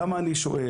למה אני שואל?